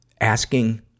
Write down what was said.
asking